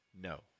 No